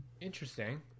Interesting